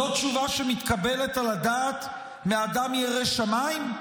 זו תשובה שמתקבלת על הדעת מאדם ירא שמיים?